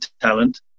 talent